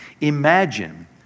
Imagine